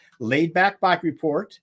laidbackbikereport